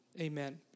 amen